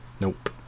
Nope